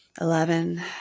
Eleven